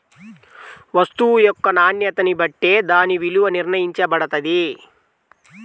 వస్తువు యొక్క నాణ్యతని బట్టే దాని విలువ నిర్ణయించబడతది